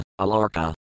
Alarka